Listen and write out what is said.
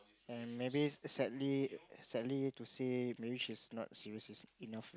and maybe sadly sadly to say maybe she is not serious enough